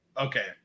Okay